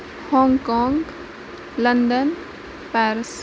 Hong Kong London Paris